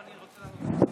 אוסאמה אמר שאפשר.